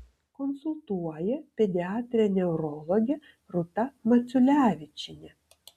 konsultuoja pediatrė neurologė rūta maciulevičienė